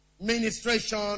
ministration